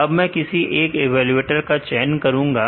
अब मैं किसी एक इवेलुएटर का चयन करूंगा